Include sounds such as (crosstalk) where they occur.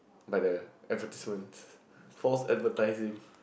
by the advertisements (breath) false advertising